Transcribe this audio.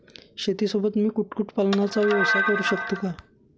शेतीसोबत मी कुक्कुटपालनाचा व्यवसाय करु शकतो का?